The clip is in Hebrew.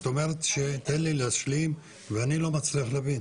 את אומרת 'תן לי להשלים' ואני לא מצליח להבין.